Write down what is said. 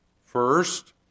First